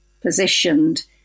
positioned